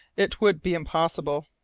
it would be impossible.